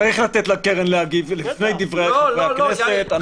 צריך לתת לקרן להגיב לפני דברי חברי הכנסת.